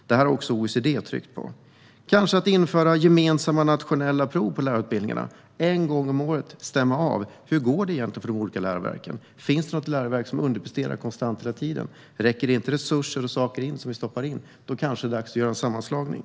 Detta har också OECD betonat. Kanske bör gemensamma nationella prov införas på lärarutbildningarna, där man en gång om året stämmer av hur det går för de olika läroverken och ser om det finns något läroverk som konstant underpresterar. Om resurser och saker som stoppas in inte räcker kanske det är dags att göra en sammanslagning.